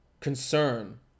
concern